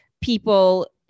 people